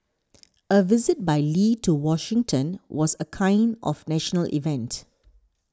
a visit by Lee to Washington was a kind of national event